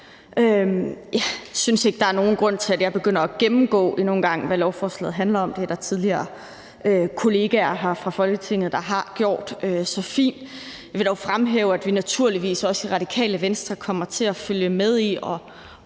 Jeg synes ikke, der er nogen grund til, at jeg begynder at gennemgå endnu en gang, hvad lovforslaget handler om; det er der kolleger her i Folketinget, der tidligere har gjort så fint. Jeg vil dog fremhæve, at vi naturligvis også i Radikale Venstre kommer til at følge med i og